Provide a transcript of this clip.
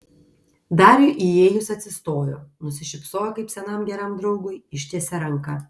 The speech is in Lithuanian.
dariui įėjus atsistojo nusišypsojo kaip senam geram draugui ištiesė ranką